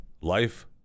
Life